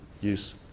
use